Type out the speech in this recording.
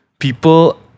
people